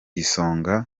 isonga